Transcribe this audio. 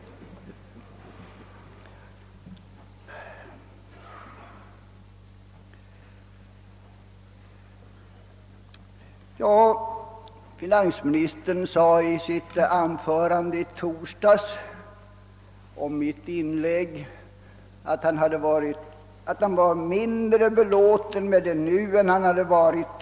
Finansministern sade i sitt anförande i torsdags om mitt inlägg att han nu var mindre belåten med min ståndpunkt än han tidigare varit.